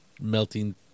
melting